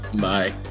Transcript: Bye